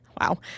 Wow